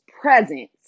presence